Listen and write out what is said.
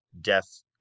death